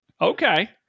Okay